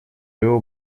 его